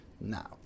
Now